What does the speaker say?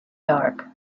dark